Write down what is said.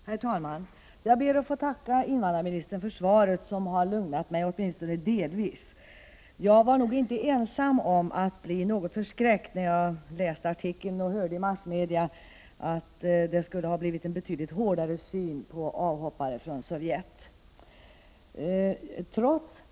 Herr talman! Jag ber att få tacka invandrarministern för svaret, som åtminstone delvis har lugnat mig. Trots att jag väl känner till utlänningsla 1 gens bestämmelser blev jag något förskräckt — vilket jag nog inte var ensam om — när jag läste artikeln och hörde i massmedia att det skulle ha blivit en betydligt hårdare syn på avhoppare från Sovjet.